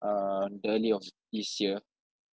on the early of this year